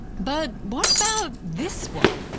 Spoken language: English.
but what about this one?